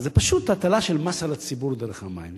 אז זו פשוט הטלה של מס על הציבור דרך המים.